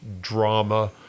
drama